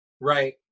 right